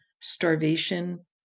starvation